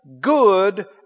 good